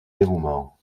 dévouement